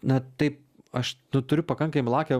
na tai aš nu turiu pakankamai lakią